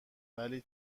ولی